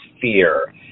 fear